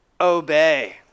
obey